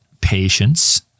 patience